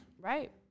Right